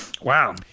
Wow